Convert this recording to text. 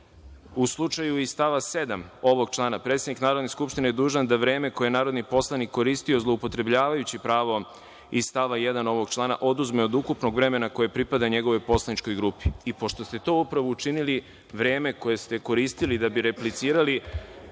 u slučaja iz stava 7. ovog člana – predsednik Narodne skupštine je dužan da vreme koje je narodni poslanik koristio zloupotrebljavajući pravo iz stava 1. ovog člana oduzme od ukupnog vremena koje pripada njegovoj poslaničkoj grupi. Pošto ste to upravo učinili, vreme koje ste koristili da bi replicirali,